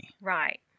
Right